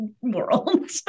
world